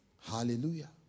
Hallelujah